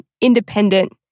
independent